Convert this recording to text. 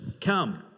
come